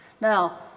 Now